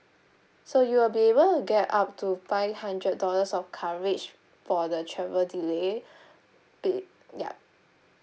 so you will be able to get up to five hundred dollars of coverage for the travel delay but ya